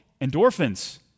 endorphins